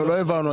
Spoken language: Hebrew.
לא העברנו.